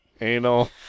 anal